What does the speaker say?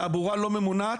תעבורה לא ממונעת.